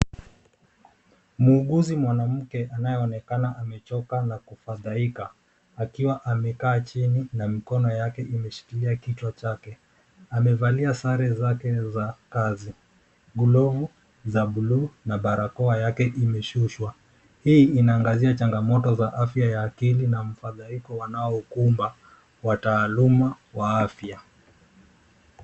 Muuguzi mwanamke anayeonekana amechoka na kufadhaika akiwa amekaa chini na mikono yake imeshikia kichwa chake. Amevalia sare zake za kazi, glovu za buluu na barakoa yake imeshushwa. Hii inaangazia changamoto za afya ya akili na mfadhaiko wanaokumba wataaluma wa afya.